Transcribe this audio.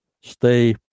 stay